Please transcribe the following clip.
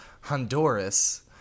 Honduras